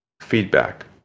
feedback